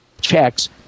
checks